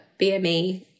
BME